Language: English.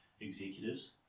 executives